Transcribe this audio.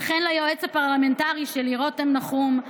וכן ליועץ הפרלמנטרי שלי רותם נחום,